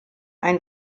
ein